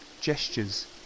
gestures